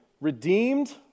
redeemed